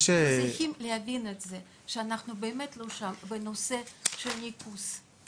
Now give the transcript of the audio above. אתם צריכים להבין את זה שאנחנו באמת לא שם בנושא של הניקוז ובנושא של.